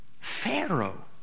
Pharaoh